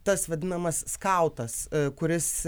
tas vadinamas skautas kuris